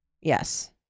yes